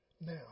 now